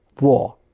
war